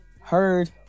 heard